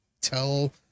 tell